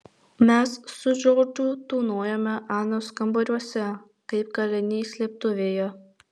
mes su džordžu tūnojome anos kambariuose kaip kaliniai slėptuvėje